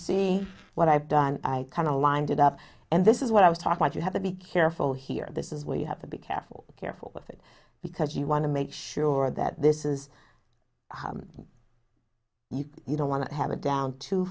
see what i've done i kind of lined it up and this is what i was talking at you have to be careful here this is where you have to be careful careful with it because you want to make sure that this is you you don't want to have a down to